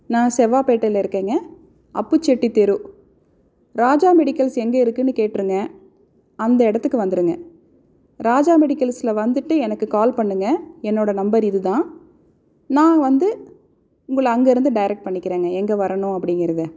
நான் செவ்வாப்பேட்டையில் இருக்கேங்க அப்புச்செட்டி தெரு ராஜா மெடிக்கல்ஸ் எங்கே இருக்குன்னு கேட்ருங்க அந்த இடத்துக்கு வந்துருங்க ராஜா மெடிக்கல்ஸில் வந்துவிட்டு எனக்கு கால் பண்ணுங்கள் என்னோட நம்பர் இது தான் நான் வந்து உங்களை அங்கேருந்து டேரெக்ட் பண்ணிக்கிறங்க எங்கே வரணும் அப்படிங்கிறத